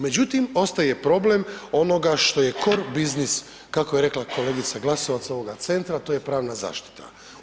Međutim, ostaje problem onoga što je kor biznis, kako je rekla kolegica Glasovac, ovoga centra, to je pravna zaštita.